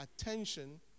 attention